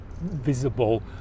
visible